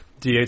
DH